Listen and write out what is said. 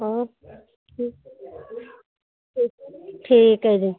ਹਾਂ ਠੀਕ ਠੀਕ ਠੀਕ ਹੈ ਜੀ